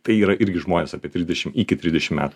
tai yra irgi žmonės apie trisdešim iki trisdešim metų